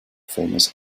famous